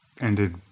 ended